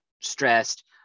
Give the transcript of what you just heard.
stressed